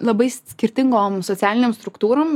labai skirtingom socialinėm struktūrom